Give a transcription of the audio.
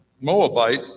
Moabite